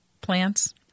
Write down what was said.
plants